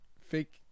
fake